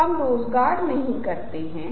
हम बाद में ऐसा करेंगे